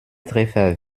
treffer